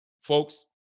folks